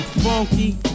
Funky